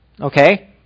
okay